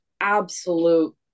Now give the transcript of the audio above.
absolute